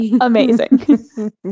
amazing